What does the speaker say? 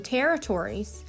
Territories